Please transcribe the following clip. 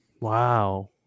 Wow